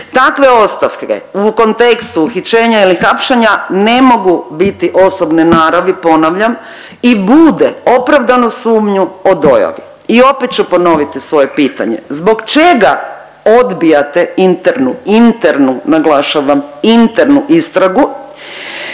Takve ostavke u kontekstu uhićenja ili hapšenja ne mogu biti osobne naravi ponavljam i bude opravdanu sumnju o dojavi. I opet ću ponoviti svoje pitanje zbog čega odbijate internu, internu naglašavam internu istragu